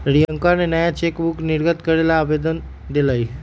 रियंकवा नया चेकबुक निर्गत करे ला आवेदन देलय